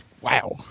Wow